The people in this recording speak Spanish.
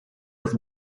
los